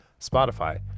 Spotify